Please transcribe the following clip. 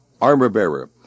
armor-bearer